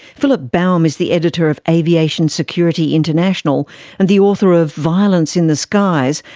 philip baum is the editor of aviation security international and the author of violence in the skies,